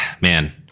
man